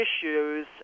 issues